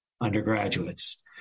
undergraduates